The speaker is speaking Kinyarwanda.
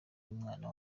y’umwana